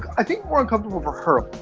i think we're uncomfortable over her